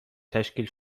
تشکیل